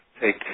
take